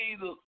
Jesus